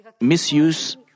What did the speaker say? misuse